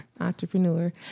entrepreneur